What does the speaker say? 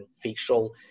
facial